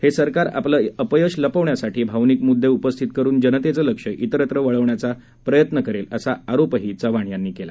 हे सरकार आपलं अपयश लपवण्यासाठी भावनिक मुद्दे उपस्थित करून जनतेचं लक्ष इतरत्र वळविण्याचा प्रयत्न करेल असा आरोपही चव्हाण यांनी केला